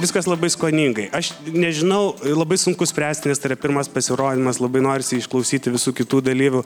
viskas labai skoningai aš nežinau labai sunku spręsti nes tai yra pirmas pasirodymas labai norisi išklausyti visų kitų dalyvių